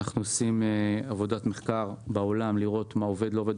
אנחנו עושים עבודת מחקר בעולם לראות מה עובד ולא עובד,